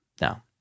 Now